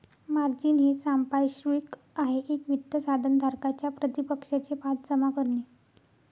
margin हे सांपार्श्विक आहे एक वित्त साधन धारकाच्या प्रतिपक्षाचे पास जमा करणे